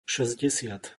šesťdesiat